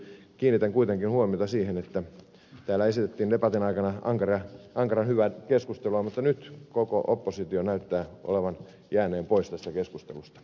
kiinnitän kuitenkin huomiota siihen että täällä esitettiin debatin aikana ankaran hyvää keskustelua mutta nyt koko oppositio näyttää jääneen pois tästä keskustelusta